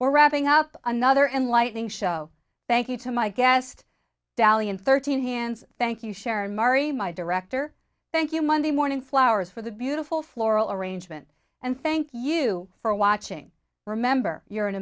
or wrapping up another enlightening show thank you to my guest dahlia and thirteen hands thank you sharon mary my director thank you monday morning flowers for the beautiful floral arrangement and thank you for watching remember you're an